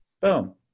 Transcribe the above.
Boom